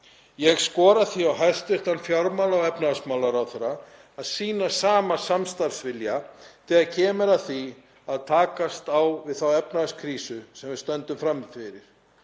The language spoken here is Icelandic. Ég skora því á hæstv. fjármála- og efnahagsráðherra að sýna sama samstarfsvilja þegar kemur að því að takast á við þá efnahagskrísu sem við stöndum frammi fyrir,